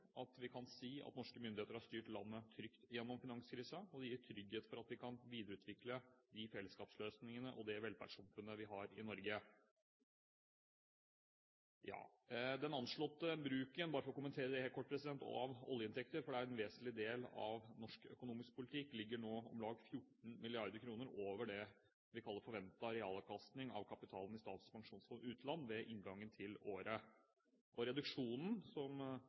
at vi kan si at norske myndigheter har styrt landet trygt gjennom finanskrisen. Det gir trygghet for at vi kan videreutvikle de fellesskapsløsningene og det velferdssamfunnet vi har i Norge. Den anslåtte bruken av oljeinntekter – bare for å kommentere det kort, for det er en vesentlig del av norsk økonomisk politikk – ligger nå 14 mrd. kr over det vi kaller forventet realavkastning av kapitalen i Statens pensjonsfond utland ved inngangen til året. Reduksjonen som